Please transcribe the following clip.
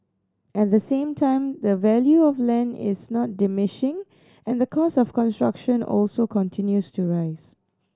at the same time the value of land is not diminishing and the cost of construction also continues to rise